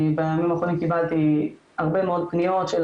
בימים האחרונים קיבלתי הרבה מאוד פניות של